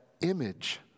image